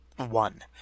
One